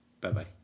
Bye-bye